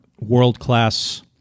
world-class